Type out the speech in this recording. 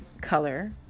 color